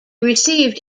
received